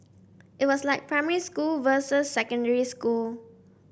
it was like primary school versus secondary school